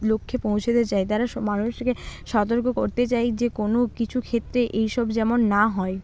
লক্ষ্যে পৌঁছতে চায় তারা সব মানুষকে সতর্ক করতে চায় যে কোনও কিছু ক্ষেত্রে এইসব যেমন না হয়